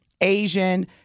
Asian